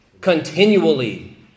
continually